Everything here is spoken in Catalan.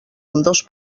ambdós